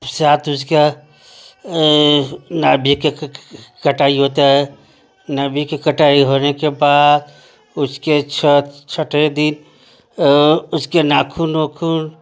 सात उसका नाभी का कटाई होता है नाभी कि कटाई होने के बाद उसके छठ छठवे दिन उसके नाखून ओखून